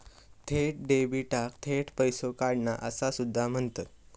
थेट डेबिटाक थेट पैसो काढणा असा सुद्धा म्हणतत